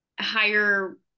higher